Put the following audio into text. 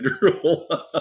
rule